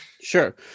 Sure